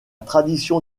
tradition